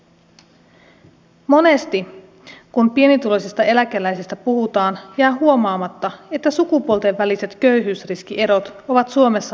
monesti kun pienituloisista eläkeläisistä puhutaan jää huomaamatta että sukupuolten väliset köyhyysriskierot ovat suomessa melko suuret